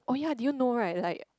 oh ya did you know right like